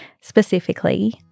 specifically